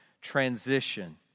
transition